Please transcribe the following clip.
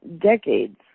decades